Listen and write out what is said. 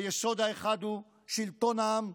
היסוד האחד הוא שלטון העם,